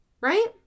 right